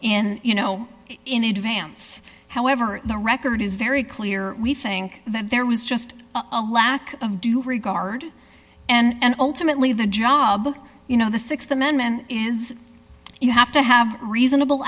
in you know in advance however the record is very clear we think that there was just a lack of due regard and ultimately the job you know the th amendment is you have to have reasonable